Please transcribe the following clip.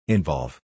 Involve